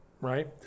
right